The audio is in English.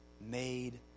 made